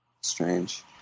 Strange